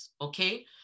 okay